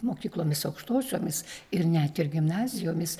mokyklomis aukštosiomis ir net ir gimnazijomis